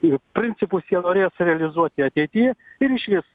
jų principus jie norės realizuoti ateity ir išvis